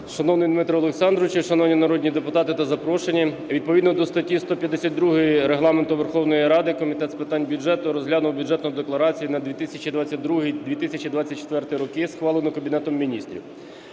Шановний Дмитро Олександровичу, шановні народні депутати та запрошені! Відповідно до статті 152 Регламенту Верховної Ради Комітет з питань бюджету розглянув Бюджетну декларацію на 2022-2024 роки, схвалену Кабінетом Міністрів.